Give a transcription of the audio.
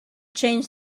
change